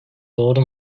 doğru